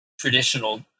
traditional